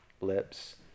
lips